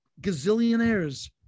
gazillionaires